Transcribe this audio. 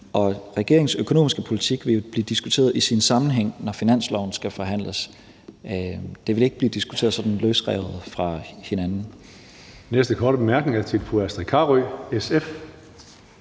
Regeringens økonomiske politik vil jo blive diskuteret i sin rette sammenhæng, når finansloven skal forhandles. Tingene vil ikke blive diskuteret sådan løsrevet fra hinanden.